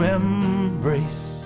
embrace